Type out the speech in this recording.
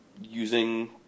using